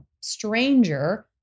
stranger